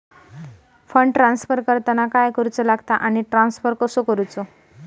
Fund transfer करताना काय करुचा लगता आनी ट्रान्स्फर कसो करूचो?